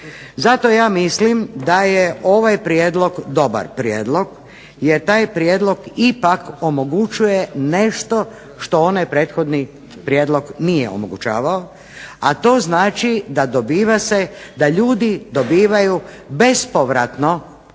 Zato ja mislim da je ovaj prijedlog dobar prijedlog jer taj prijedlog ipak omogućuje nešto što onaj prethodni prijedlog nije omogućavao, a to znači da dobiva se, da ljudi dobivaju bespovratno određena